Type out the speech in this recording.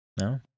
No